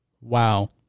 Wow